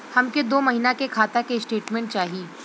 हमके दो महीना के खाता के स्टेटमेंट चाही?